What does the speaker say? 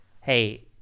hey